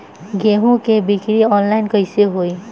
गेहूं के बिक्री आनलाइन कइसे होई?